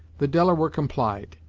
the delaware complied,